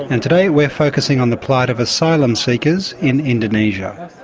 and today we're focusing on the plight of asylum seekers in indonesia.